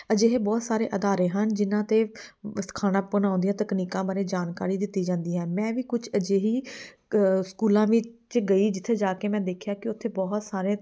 ਅਜਿਹੇ ਬਹੁਤ ਸਾਰੇ ਅਦਾਰੇ ਹਨ ਜਿਨ੍ਹਾਂ 'ਤੇ ਖਾਣਾ ਬਣਾਉਣ ਦੀਆਂ ਤਕਨੀਕਾਂ ਬਾਰੇ ਜਾਣਕਾਰੀ ਦਿੱਤੀ ਜਾਂਦੀ ਹੈ ਮੈਂ ਵੀ ਕੁਛ ਅਜਿਹੀ ਸਕੂਲਾਂ ਵਿੱਚ ਗਈ ਜਿੱਥੇ ਜਾ ਕੇ ਮੈਂ ਦੇਖਿਆ ਕਿ ਉੱਥੇ ਬਹੁਤ ਸਾਰੇ